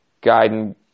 guiding